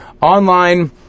online